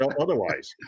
Otherwise